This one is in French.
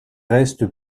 reste